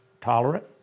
tolerant